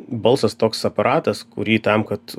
balsas toks aparatas kurį tam kad